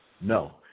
No